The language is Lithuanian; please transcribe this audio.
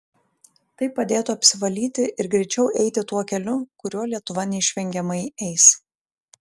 tai padėtų apsivalyti ir greičiau eiti tuo keliu kuriuo lietuva neišvengiamai eis